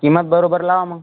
किंमत बरोबर लावा मग